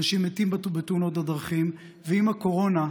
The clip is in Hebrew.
אנשים מתים בתאונות הדרכים, ועם הקורונה,